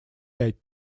пять